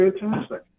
fantastic